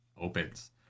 opens